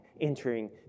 entering